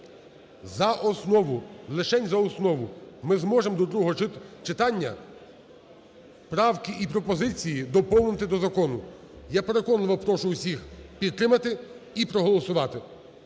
за основу, лишень за основу. Ми зможемо до другого читання правки і пропозиції доповнити до закону. Я переконливо прошу усіх підтримати і проголосувати.